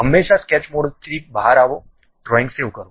હંમેશાં સ્કેચ મોડથી બહાર આવો ડ્રોઇંગ સેવ કરો